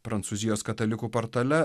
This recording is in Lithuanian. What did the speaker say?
prancūzijos katalikų portale